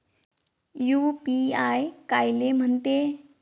UPI कायले म्हनते?